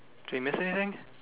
did we miss anything